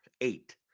eight